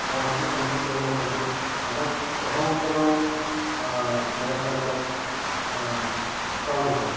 মই ভাবোঁ এনেকুৱা কৰিলে হয়তো আমাৰ চহৰ অঞ্চলৰ ল'ৰা ছোৱালীবিলাক ষ্ট্ৰং হ'ব